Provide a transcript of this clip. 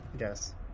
Yes